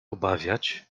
obawiać